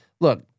look